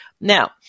Now